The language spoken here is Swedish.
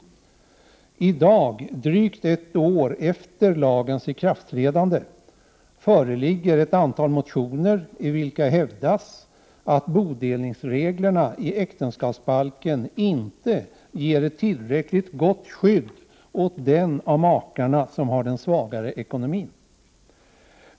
I dag, drygt ett år efter lagens ikraftträdande, föreligger ett antal motioner i vilka hävdas att bodelningsreglerna i äktenskapsbalken inte ger tillräckligt gott skydd åt den av makarna som har den svagare ekonomin.